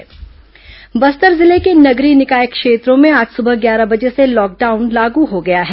lockdown Bastar जिले के नगरीय निकाय क्षेत्रों में आज सुबह ग्यारह बजे से लॉकडाउन लागू हो गया है